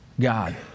God